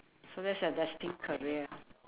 so that's your destined career